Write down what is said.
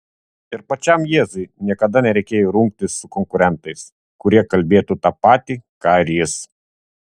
ir pačiam jėzui niekada nereikėjo rungtis su konkurentais kurie kalbėtų tą patį ką ir jis